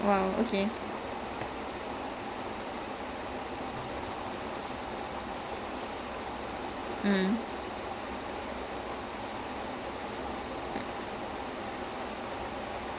so um okay either house of cards நீ வந்து பாத்தீன்னா:nee vanthu paathinaa the guy kevin spacey he got in some sexual assault sexual allegations and stuff but then like before all that he was a very good actor